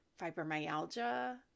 fibromyalgia